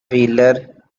wheeler